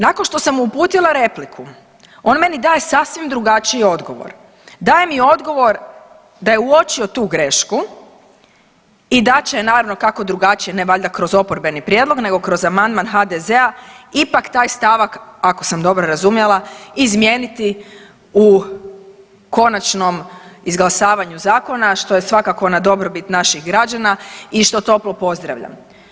Nakon što sam mu uputila repliku on meni daje sasvim drugačiji odgovor, daje mi odgovor da je uočio tu grešku i da će naravno kako drugačije ne valjda kroz oporbeni prijedlog nego kroz amandman HDZ-a ipak taj stavak ako sam dobro razumjela izmijeniti u konačnom izglasavanju zakona, a što je svakako na dobrobit naših građana i što toplo pozdravljam.